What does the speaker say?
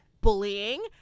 bullying